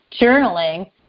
journaling